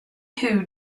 who